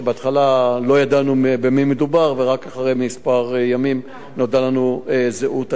שבהתחלה לא ידענו במי מדובר ורק אחרי ימים מספר נודעה לנו זהות האשה.